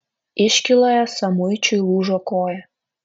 iškyloje samuičiui lūžo koja